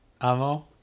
Amo